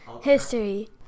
history